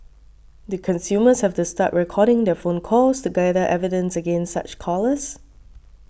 do consumers have to start recording their phone calls to gather evidence against such callers